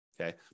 Okay